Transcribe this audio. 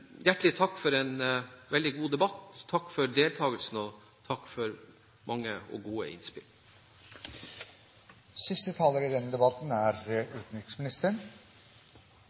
takk for en veldig god debatt. Takk for deltakelsen, og takk for mange og gode innspill.